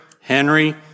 Henry